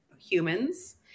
humans